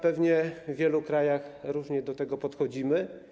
Pewnie w wielu krajach różnie do tego się podchodzi.